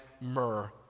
myrrh